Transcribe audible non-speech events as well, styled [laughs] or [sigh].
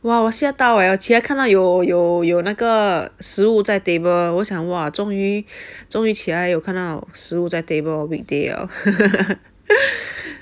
!wah! 我吓到哦我起来看到有有有那个食物在 table 我想哇终于终于起来我看到食物在 table orh weekday liao [laughs]